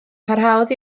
parhaodd